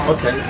Okay